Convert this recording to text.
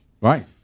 Right